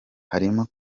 harimo